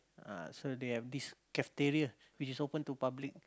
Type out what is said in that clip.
ah so they have this cafeteria which is open to public